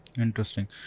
Interesting